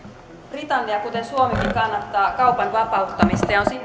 britannia kuten suomikin kannattaa kaupan vapauttamista ja on